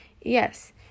Yes